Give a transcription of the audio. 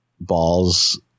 balls